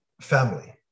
Family